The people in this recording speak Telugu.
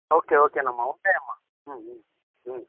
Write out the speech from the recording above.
ఓకే ఓకేనమ్మా ఉంటాయమ్మ